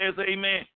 amen